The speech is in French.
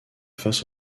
face